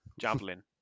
Javelin